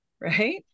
right